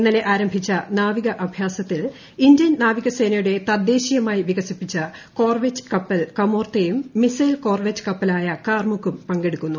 ഇന്നലെ ആരംഭിച്ചു ന്യൂവിക അഭ്യാസത്തിൽ ഇന്ത്യൻ നാവികസേനയുടെ തദ്ദേശീയമായി ്വികസിപ്പിച്ച കോർവെറ്റ് കപ്പൽ കമോർത്തയും മിസൈൽ ക്കോർപെറ്റ് കപ്പലായ കാർമുക് ഉം പങ്കെടുക്കുന്നു